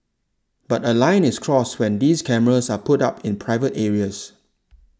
but a line is crossed when these cameras are put up in private areas